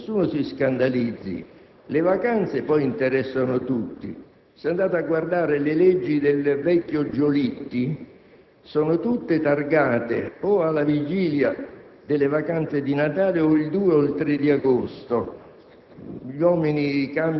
- nessuno si scandalizzi - che le vacanze interessano tutti. Se andate a guardare le leggi del vecchio Giolitti, noterete che sono tutte targate alla vigilia delle vacanze di Natale oppure il 2 o il 3 agosto.